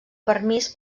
permís